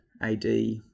AD